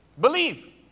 Believe